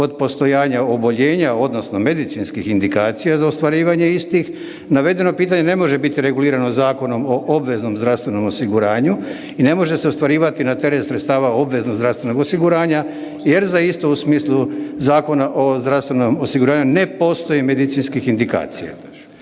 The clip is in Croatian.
kod postojanja oboljenja odnosno medicinskih indikacija za ostvarivanje isti, navedeno pitanje ne može biti regulirano Zakonom o obveznom zdravstvenom osiguranju i ne može se ostvarivati na teret sredstava obveznog zdravstvenog osiguranja jer za istu u smisli Zakona o zdravstvenom osiguranju ne postoji medicinskih indikacija.